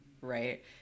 right